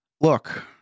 Look